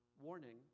Warning